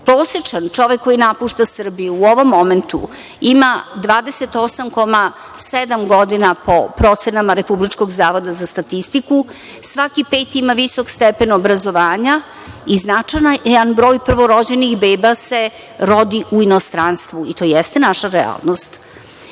čovek koji napušta Srbiju u ovom momentu ima 28,7 godina po procenama RZS, svaki peti ima visok stepen obrazovanja i značajan broj prvorođenih beba se rodi u inostranstvu i to jeste naša realnost. Dalje